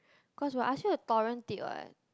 cause I asked you to torrent it [what]